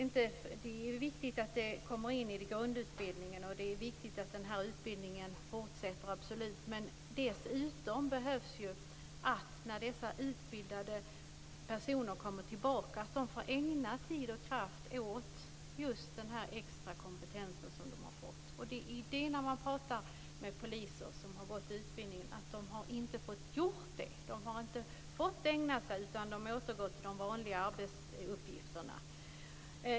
Det är viktigt att detta kommer in i grundutbildningen, och det är viktigt att utbildningen fortsätter. Men dessutom krävs det att dessa utbildade personer, när de kommer tillbaka, får ägna tid och kraft åt just den extra kompetens som de har fått. Pratar man med poliser som har gått utbildningen har de inte fått göra det. De har inte fått ägna sig åt detta utan har återgått till de vanliga arbetsuppgifterna.